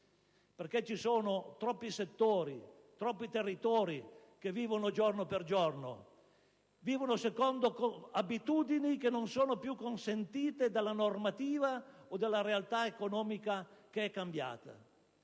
nuove. Ci sono troppi settori e troppi territori che vivono giorno per giorno secondo abitudini che non sono più consentite dalla normativa o dalla realtà economica che è mutata.